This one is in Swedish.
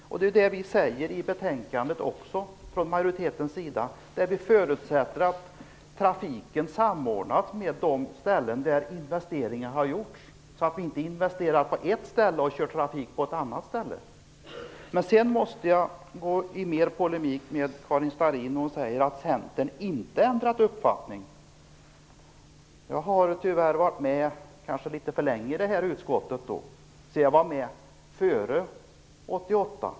Majoriteten säger ju det i betänkandet när vi förutsätter att trafiken samordnas med de ställen där investeringar har gjorts. Vi kan ju inte investera på ett ställe, medan vi kör trafik på ett annat ställe. Sedan måste jag gå i polemik med Karin Starrin när hon säger att man i Centern inte ändrat uppfattning. Jag har kanske suttit med litet för länge i trafikutskottet. Jag satt ju med där före 1988.